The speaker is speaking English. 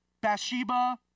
Bathsheba